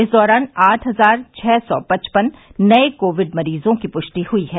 इस दौरान आठ हजार छः सौ पचपन नये कोविड मरीजों की पुष्टि हुई है